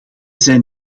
zijn